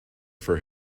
for